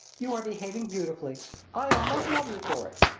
you are behaving beautifully i almost love you for it.